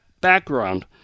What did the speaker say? background